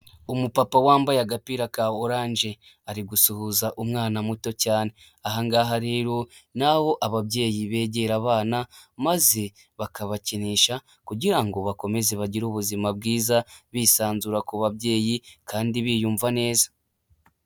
Umupapa wambaye agapira ka oranje, ari gusuhuza umwana muto cyane, ahangaha rero ni aho ababyeyi begera abana, maze bakabakinisha, kugira ngo bakomeze bagire ubuzima bwiza, bisanzura ku babyeyi, kandi biyumva neza.